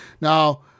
Now